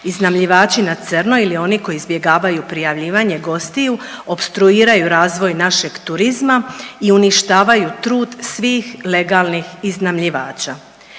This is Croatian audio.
Iznajmljivači na crno ili oni koji izbjegavaju prijavljivanje gostiju opstruiraju razvoj našeg turizma i uništavaju trud svih legalnih iznajmljivača.